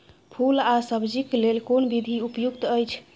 फूल आ सब्जीक लेल कोन विधी उपयुक्त अछि?